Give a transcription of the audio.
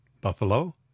Buffalo